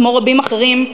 כמו רבים אחרים,